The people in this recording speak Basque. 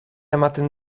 ematen